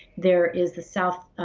there is the cell.